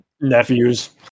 nephews